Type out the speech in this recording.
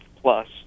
plus